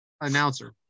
Announcer